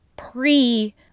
pre